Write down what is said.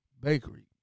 bakery